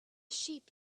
sheep